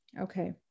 Okay